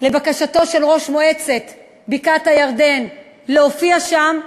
לבקשתו של ראש מועצת בקעת-הירדן להופיע שם,